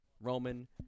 Roman